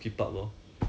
orh